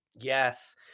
Yes